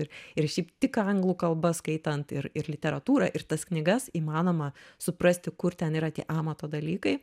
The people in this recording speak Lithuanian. ir ir šiaip tik anglų kalba skaitant ir ir literatūrą ir tas knygas įmanoma suprasti kur ten yra tie amato dalykai